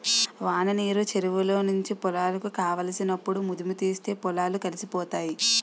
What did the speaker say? వాననీరు చెరువులో నుంచి పొలాలకు కావలసినప్పుడు మధుముతీస్తే పొలాలు కలిసిపోతాయి